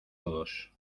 todos